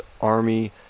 Army